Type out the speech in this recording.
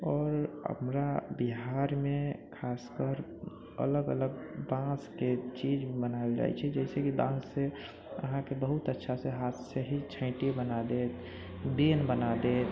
आओर हमरा बिहारमे खासकर अलग अलग बाँसके चीज बनायल जाइ छै जैसेकि बाँससँ अहाँके बहुत अच्छासँ हाथसँ छैटी बना देत बियनि बना देत